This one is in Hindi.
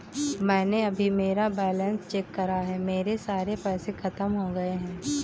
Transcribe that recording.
मैंने अभी मेरा बैलन्स चेक करा है, मेरे सारे पैसे खत्म हो गए हैं